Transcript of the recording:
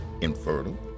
infertile